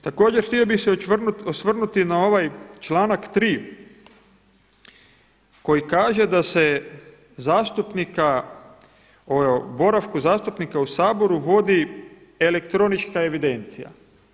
Također htio bih se osvrnuti na ovaj članak 3 koji kaže da se zastupnika, o boravku zastupnika u Saboru vodi elektronička evidencija.